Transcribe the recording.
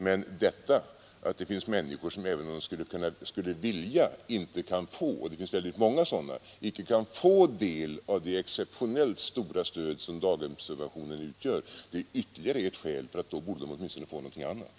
Men detta att det finns många människor som, även om de skulle vilja det, inte kan få del av det exceptionellt stora stöd som platserna på daghem utgör är ytterligare ett skäl för att de åtminstone borde få något annat.